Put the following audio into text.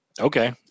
okay